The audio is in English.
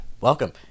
welcome